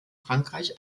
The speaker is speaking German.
frankreich